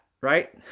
right